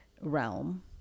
realm